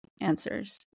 answers